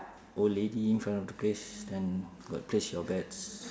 old lady in front of the place then got place your bets